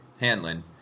Hanlon